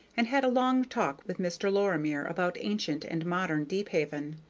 and had a long talk with mr. lorimer about ancient and modern deephaven.